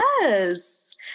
Yes